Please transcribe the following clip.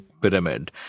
pyramid